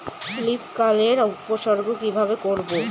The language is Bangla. লিফ কার্ল এর উপসর্গ কিভাবে করব?